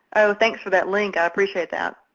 oh, thanks for that link. i appreciate that.